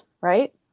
right